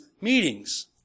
meetings